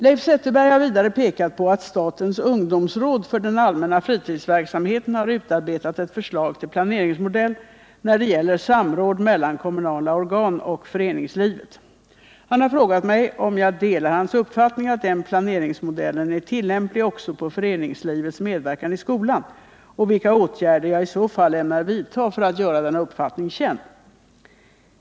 Leif Zetterberg har vidare pekat på att statens ungdomsråd för den allmänna fritidsverksamheten har utarbetat ett förslag till planeringsmodell när det gäller samråd mellan kommunala organ och föreningslivet. Han har frågat mig om jag delar hans uppfattning att den planeringsmodellen är tillämplig också på föreningslivets medverkan i skolan och vilka åtgärder jag i så fall ämnar vidta för att göra denna uppfattning känd.